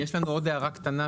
יש לנו עוד הערה קטנה.